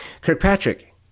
Kirkpatrick